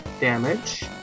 damage